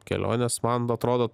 kelionės man atrodo